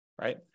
right